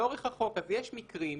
אז יש מקרים שבהם,